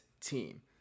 team